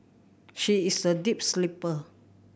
she is a deep sleeper